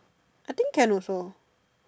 I think can also